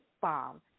bomb